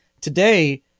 Today